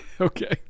okay